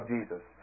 Jesus